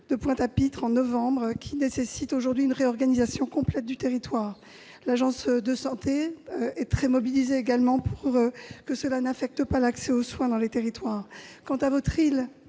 de Pointe-à-Pitre, en novembre, qui rend nécessaire, aujourd'hui, une réorganisation complète du territoire. L'ARS est très mobilisée pour que cela n'affecte pas l'accès aux soins dans les territoires. Quant à votre île,